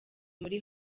muri